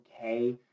okay